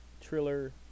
Triller